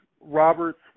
Robert's